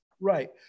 Right